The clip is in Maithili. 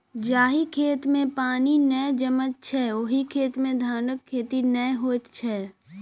जाहि खेत मे पानि नै जमैत छै, ओहि खेत मे धानक खेती नै होइत छै